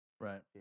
Right